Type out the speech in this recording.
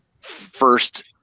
first